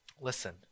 Listen